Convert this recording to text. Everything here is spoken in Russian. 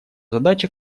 задача